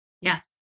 yes